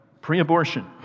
pre-abortion